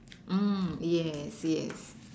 um yes yes